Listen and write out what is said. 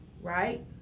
right